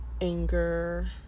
anger